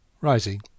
Rising